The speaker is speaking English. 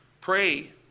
pray